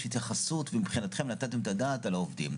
התייחסות מבחינתכם לתת את הדעת על העובדים.